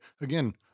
again